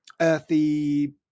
earthy